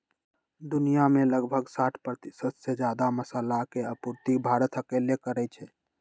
दुनिया में लगभग साठ परतिशत से जादा मसाला के आपूर्ति भारत अकेले करई छई